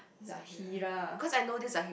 Zahirah